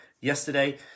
yesterday